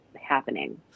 happening